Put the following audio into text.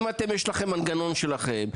אם יש לכם מנגנון משלכם,